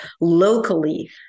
locally